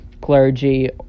clergy